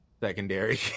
secondary